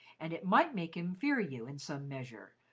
and it might make him fear you in some measure,